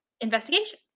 investigation